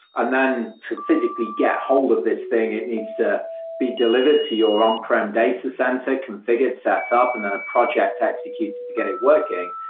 and then to physically get hold of this thing, it needs to be delivered to your on-prem data center, confi gured, set so up and then a project to execute it to get it working.